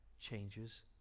changes